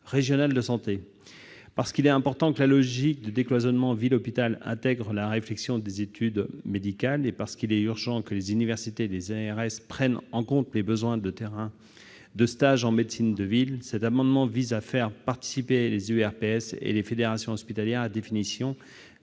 régionales de santé. Parce qu'il est important que la logique de décloisonnement entre la ville et l'hôpital intègre la réflexion dès les études médicales et parce qu'il est urgent que les universités et les ARS prennent en compte les besoins de terrains de stage en médecine de ville, cet amendement vise à faire participer les URPS et les fédérations hospitalières à la définition